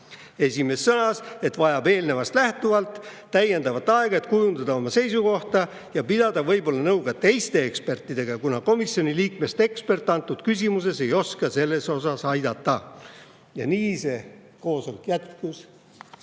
Esimees sõnas, et vajab eelnevast lähtuvalt täiendavat aega, et kujundada oma seisukohta ja pidada võib-olla nõu ka teiste ekspertidega, kuna komisjoni liikmest ekspert antud küsimuses ei oska selles osas aidata." Ja nii see koosolek jätkus